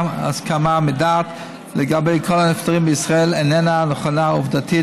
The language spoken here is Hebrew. ההסכמה מדעת לגבי כל הנפטרים בישראל איננה נכונה עובדתית,